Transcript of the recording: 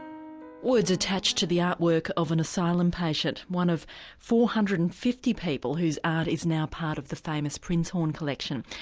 words attached to the artwork of an asylum patient, one of four hundred and fifty people whose art is now part of the famous prinzhorn collection.